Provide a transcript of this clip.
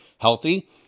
healthy